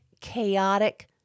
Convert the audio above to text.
chaotic